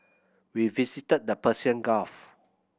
we visited the Persian Gulf